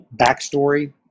backstory